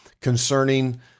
concerning